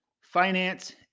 finance